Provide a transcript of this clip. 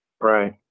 Right